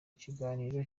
ikiganiro